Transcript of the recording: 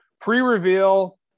pre-reveal